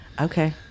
Okay